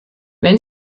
wenn